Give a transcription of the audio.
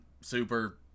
super